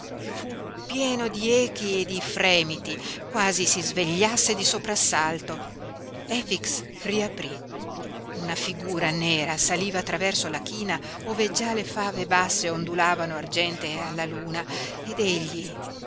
fu pieno di echi e di fremiti quasi si svegliasse di soprassalto efix riaprí una figura nera saliva attraverso la china ove già le fave basse ondulavano argentee alla luna ed egli